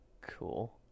cool